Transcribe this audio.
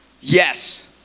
Yes